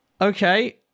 okay